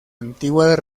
antiguas